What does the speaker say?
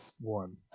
one